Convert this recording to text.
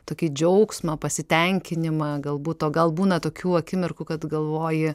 tokį džiaugsmą pasitenkinimą galbūt o gal būna tokių akimirkų kad galvoji